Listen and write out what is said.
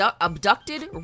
abducted